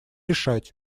решать